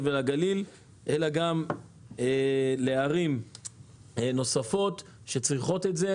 ולגליל אלא גם לערים נוספות שצריכות את זה,